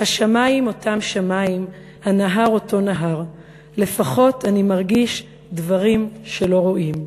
השמים אותם שמים/ הנהר אותו נהר,/ לפחות אני מרגיש/ דברים שלא רואים".